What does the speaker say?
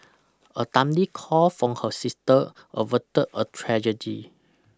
a timely call from her sister averted a tragedy